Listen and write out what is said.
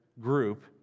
group